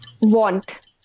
Want